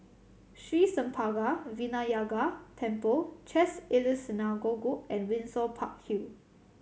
Sri Senpaga Vinayagar Temple Chesed El Synagogue and Windsor Park Hill